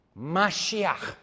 Mashiach